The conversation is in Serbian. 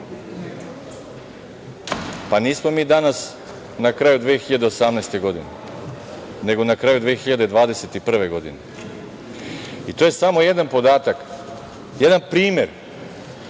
Nismo mi danas na kraju 2018. godine, nego na kraju 2021. godine. To je samo jedan podatak, jedan primer